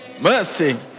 Mercy